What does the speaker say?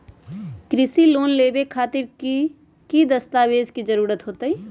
कृषि लोन लेबे खातिर की की दस्तावेज के जरूरत होतई?